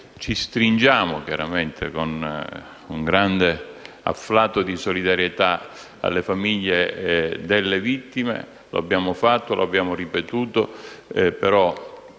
ci stringiamo con grande afflato di solidarietà alle famiglie delle vittime. Lo abbiamo fatto e lo abbiamo ripetuto;